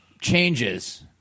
Changes